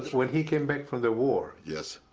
when he came back from the war yes,